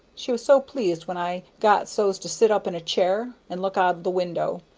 she was so pleased when i got so's to set up in a chair and look out of the window.